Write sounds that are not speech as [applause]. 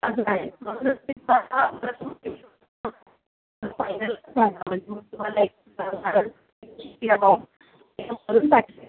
[unintelligible] म्हणूनच मी तुम्हाला [unintelligible] फायनल सांगेन म्हणजे मग तुम्हाला [unintelligible] किती अमाऊंट [unintelligible]